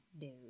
dude